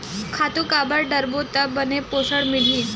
खातु काबर डारबो त बने पोषण मिलही?